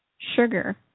Sugar